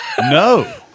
No